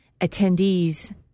attendees